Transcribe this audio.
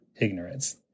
ignorance